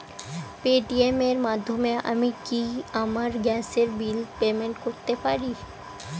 Paytm এর মাধ্যমে আমি কি আমার গ্যাসের বিল পেমেন্ট করতে পারব?